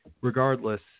regardless